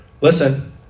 Listen